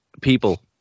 people